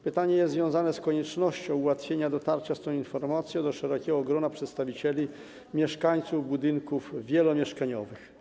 Pytanie jest związane z koniecznością ułatwienia dotarcia tej informacji do szerokiego grona przedstawicieli mieszkańców budynków wielomieszkaniowych.